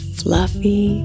fluffy